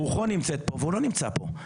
רוחו נמצאת פה, והוא לא נמצא פה.